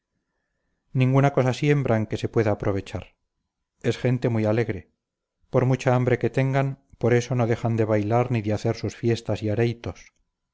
ninguna cosa siembran que se pueda aprovechar es gente muy alegre por mucha hambre que tengan por eso no dejan de bailar ni de hacer sus fiestas y areitos